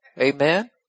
Amen